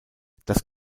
das